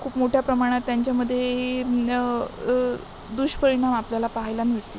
खूप मोठ्या प्रमाणात त्यांच्यामध्ये न दुष्परिणाम आपल्याला पाहायला मिळतील